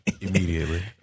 immediately